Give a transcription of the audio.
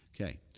Okay